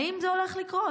האם זה הולך לקרות?